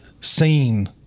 seen